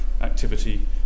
activity